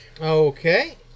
Okay